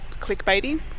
clickbaity